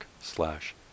slash